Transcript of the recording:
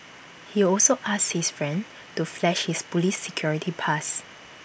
he also asked his friend to flash his Police security pass